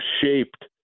shaped